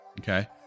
Okay